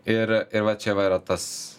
ir ir va čia va yra tas